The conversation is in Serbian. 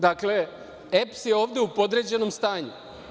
Dakle, EPS je ovde u podređenom stanju.